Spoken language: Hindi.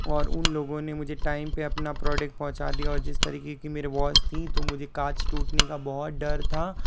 और उन लोगो ने मुझे टाइम पर अपना प्रोडक्ट पहुँचा दिया और जिस तरीक़े की मेरी वॉच थी तो मुझे काँच टूटने का बहुत डर था